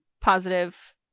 positive